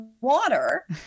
water